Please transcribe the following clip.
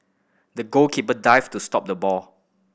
the goalkeeper dived to stop the ball